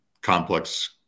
complex